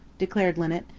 declared linnet.